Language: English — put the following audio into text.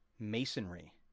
Masonry